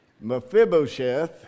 Mephibosheth